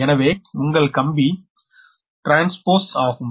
எனவே உங்கள் கம்பி ட்ரான்ஸ்போஸ் ஆகும்